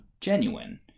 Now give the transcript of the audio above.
genuine